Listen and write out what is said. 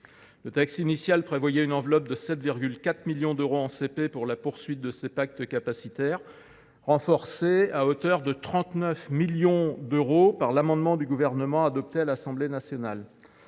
Le texte initial prévoyait une enveloppe de 7,4 millions d’euros en CP pour la poursuite de ces pactes capacitaires, renforcée à hauteur de 39 millions par l’amendement du Gouvernement adopté à l’Assemblée nationale.